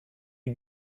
you